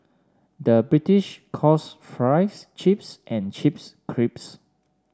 the British calls fries chips and chips crisps